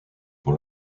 pour